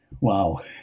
Wow